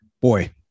Boy